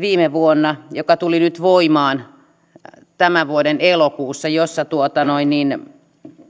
viime vuonna ja se tuli voimaan nyt tämän vuoden elokuussa